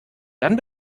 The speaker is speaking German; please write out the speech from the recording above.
dann